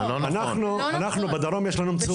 אנחנו בדרום יש לנו מצוקה.